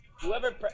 Whoever